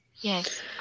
yes